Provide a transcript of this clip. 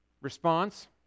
response